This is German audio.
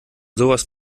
sowas